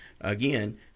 again